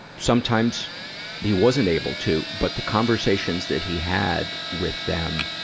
sometimes he wasn't able to. but the conversations that he had with them,